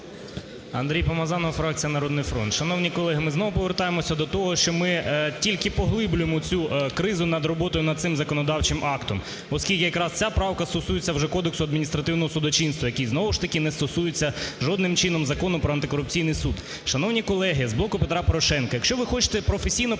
Андрій Помазанов, фракція "Народний фронт". Шановні колеги, ми знову повертаємося до того, що ми тільки поглиблюємо цю кризу над роботою, над цим законодавчим актом, оскільки якраз ця правка стосується вже Кодексу адміністративного судочинства, який знову ж таки не стосується жодним чином Закону про антикорупційний суд. Шановні колеги, з "Блоку Петра Порошенка", якщо ви хочете професійно